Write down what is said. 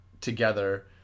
together